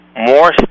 more